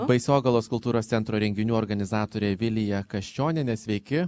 baisogalos kultūros centro renginių organizatorė vilija kaščionienė sveiki